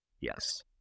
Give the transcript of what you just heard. Yes